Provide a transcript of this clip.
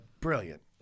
brilliant